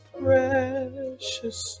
precious